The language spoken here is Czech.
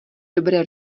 dobré